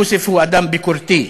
יוסף הוא אדם ביקורתי,